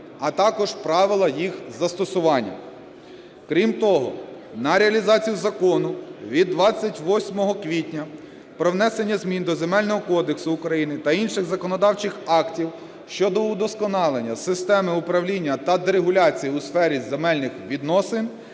а також правила їх застосування. Крім того, на реалізацію Закону від 28 квітня "Про внесення змін до Земельного кодексу України та інших законодавчих актів щодо удосконалення системи управління та дерегуляції у сфері земельних відносин"